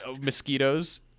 mosquitoes